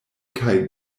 kaj